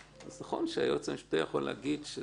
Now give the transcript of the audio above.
נכון שהיועץ המשפטי יכול לומר שזה לא חוקתי,